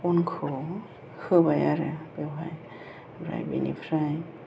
अनखौ होबाय आरो बेवहाय ओमफ्राय बेनिफ्राय